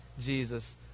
Jesus